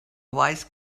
wise